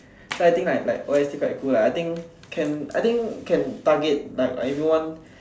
so I think like like O_S_T quite cool like I think can I think can target like everyone